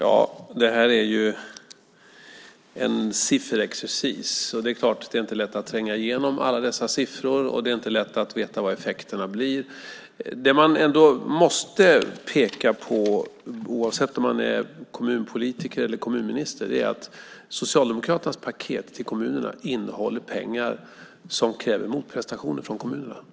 Fru talman! Detta är en sifferexercis, och det är klart att det inte är lätt att tränga igenom alla dessa siffror och att det inte är lätt att veta vad effekterna blir. Det som man måste peka på, oavsett om man är kommunpolitiker eller kommunminister, är att Socialdemokraternas paket till kommunerna innehåller pengar som kräver motprestationer från kommunerna.